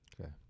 okay